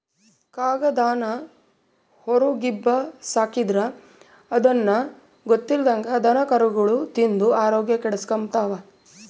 ಕಾಗದಾನ ಹೊರುಗ್ಬಿಸಾಕಿದ್ರ ಅದುನ್ನ ಗೊತ್ತಿಲ್ದಂಗ ದನಕರುಗುಳು ತಿಂದು ಆರೋಗ್ಯ ಕೆಡಿಸೆಂಬ್ತವ